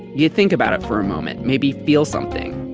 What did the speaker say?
you think about it for a moment, maybe feel something,